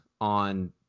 on